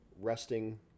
resting